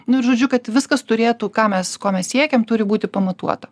nu ir žodžiu kad viskas turėtų ką mes ko mes siekiam turi būti pamatuota